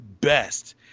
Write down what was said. best